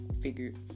figured